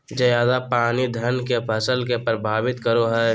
ज्यादा पानी धान के फसल के परभावित करो है?